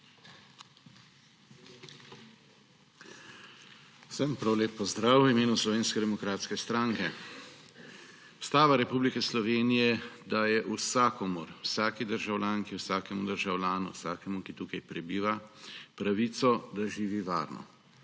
Vsem prav lep pozdrav v imenu Slovenske demokratske stranke! Ustava Republike Slovenije daje vsakomur, vsaki državljanki, vsakemu državljanu, vsakemu, ki tukaj prebiva, pravico, da živi varno,